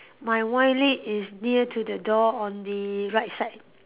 my wine list is near to the door on the right side